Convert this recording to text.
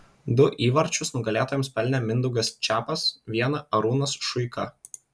du įvarčius nugalėtojams pelnė mindaugas čepas vieną arūnas šuika